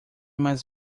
mais